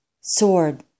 Sword